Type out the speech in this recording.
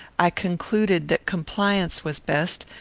i concluded that compliance was best,